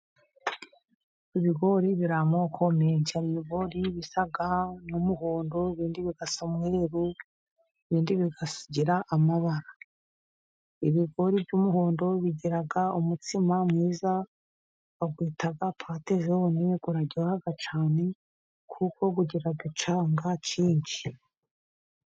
Ibigori biri amoko menshi, hari ibigori bisa n'umuhondo, ibindi bisa n'umweru, ibindi bikagira amabara, ibigori by'umuhondo bigira umutsima mwiza bita patejone, uraryoha cyane kuko ugira icyanga cyinshi.